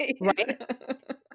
Right